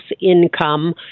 income